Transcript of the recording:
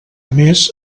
més